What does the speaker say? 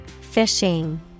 Fishing